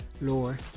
lore